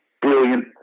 brilliant